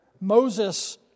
Moses